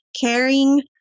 caring